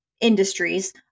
industries